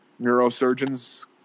neurosurgeons